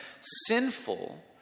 sinful